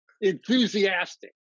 enthusiastic